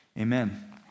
amen